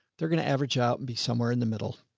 they're going to average out and be somewhere in the middle.